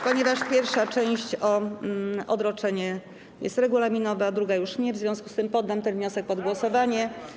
Ponieważ pierwsza część wniosku o odroczenie jest regulaminowa, druga już nie, w związku z tym poddam ten wniosek pod głosowanie.